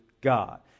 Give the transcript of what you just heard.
God